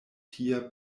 tie